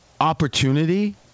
opportunity